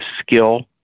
skill